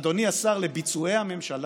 אדוני השר, לביצועי הממשלה,